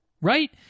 right